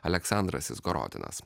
aleksandras izgorodinas